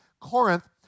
Corinth